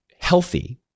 healthy